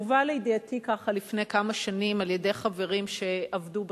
והוא הובא לידיעתי לפני כמה שנים על-ידי חברים שעבדו בתחום.